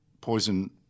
poison